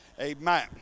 Amen